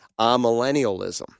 amillennialism